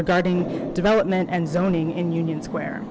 regarding development and zoning in union square